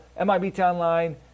MIBTownLine